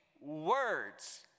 words